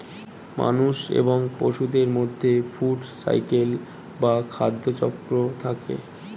মানুষ এবং পশুদের মধ্যে ফুড সাইকেল বা খাদ্য চক্র থাকে